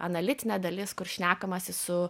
analitinė dalis kur šnekamasi su